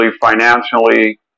financially